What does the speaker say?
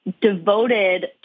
devoted